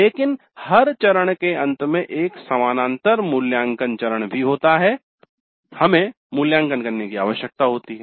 लेकिन हर चरण के अंत में एक समानांतर मूल्यांकन चरण भी होता है हमें मूल्यांकन करने की आवश्यकता होती है